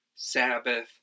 Sabbath